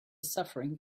suffering